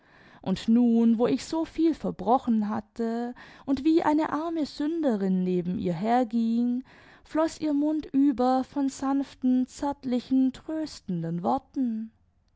und nun wo ich soviel verbrochen hatte und wie eine arme sünderin neben ihr herging floß ihr mund über von sanften zärtlichen tröstenden worten